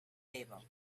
table